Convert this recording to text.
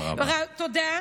תודה רבה.